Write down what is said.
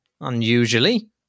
Unusually